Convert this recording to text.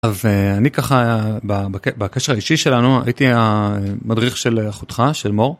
אז אני ככה, בקשר האישי שלנו הייתי מדריך של אחותך, של מור.